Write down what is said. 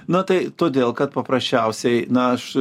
na tai todėl kad paprasčiausiai na aš